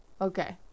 Okay